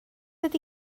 ydy